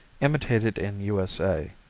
imitated in u s a.